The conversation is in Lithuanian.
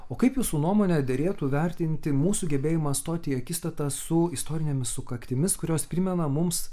o kaip jūsų nuomone derėtų vertinti mūsų gebėjimą stoti į akistatą su istorinėmis sukaktimis kurios primena mums